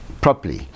properly